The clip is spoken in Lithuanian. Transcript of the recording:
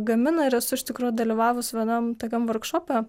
gamina ir esu iš tikro dalyvavus vienam tokiam vorkšope